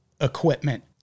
equipment